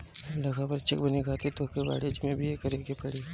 लेखापरीक्षक बने खातिर तोहके वाणिज्यि में बी.ए करेके पड़ी